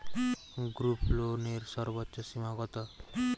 গ্রুপলোনের সর্বোচ্চ সীমা কত?